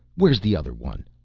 where's the other one?